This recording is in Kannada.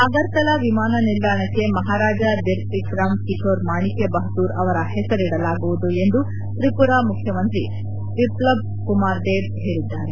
ಅಗರ್ತಲಾ ವಿಮಾನ ನಿಲ್ದಾಣಕ್ಕೆ ಮಹಾರಾಜ ಬಿರ್ವಿಕ್ರಂ ಕಿಶೋರ್ ಮಾಣಿಕ್ಯ ಬಹದ್ದೂರ್ ಅವರ ಹೆಸರಿಡಲಾಗುವುದು ಎಂದು ತ್ರಿಪುರಾ ಮುಖ್ಯಮಂತ್ರಿ ವಿಪ್ಲಬ್ ಕುಮಾರ್ ದೇಬ್ ಹೇಳಿದ್ದಾರೆ